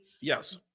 Yes